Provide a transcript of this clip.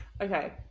Okay